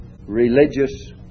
religious